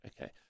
okay